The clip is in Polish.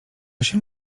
się